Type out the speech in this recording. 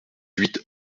huit